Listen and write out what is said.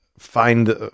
Find